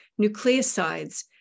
nucleosides